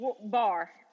bar